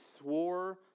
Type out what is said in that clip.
swore